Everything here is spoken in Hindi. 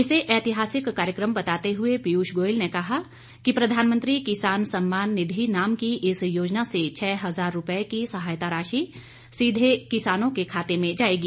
इसे ऐतिहासिक कार्यक्रम बताते हुए पीयूष गोयल ने कहा कि प्रधानमंत्री किसान सम्मान निधि नाम की इस योजना से छह हजार रुपये की सहायता राशि सीधे किसानों के खाते में जाएगी